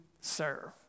serve